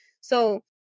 So-